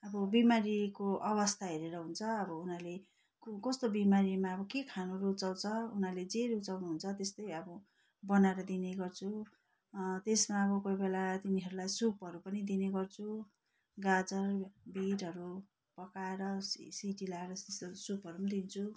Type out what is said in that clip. अब बिमारीको अवस्था हेरेर हुन्छ अब उनीहरूले कस्तो बिमारीमा अब के खानु रुचाउँछ उनीहरूले जे रुचाउनु हुन्छ त्यस्तै अब बनाएर दिने गर्छु त्यसमा अब कोही बेला तिनीहरूलाई सुपहरू पनि दिने गर्छु गाजर बिटहरू पकाएर सिटी लाएर सुपहरू पनि दिन्छु